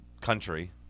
country